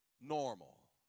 normal